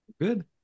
Good